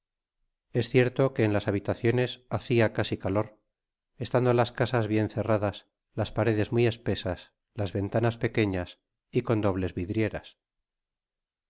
es cierto que en las habitaciones hacia casi calor estando las casas bien cerradas las paredes muy espesas las ventanas pequeñas j con dobles vidrieras